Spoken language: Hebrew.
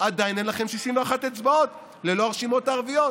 עדיין אין לכם 61 אצבעות ללא הרשימות הערביות.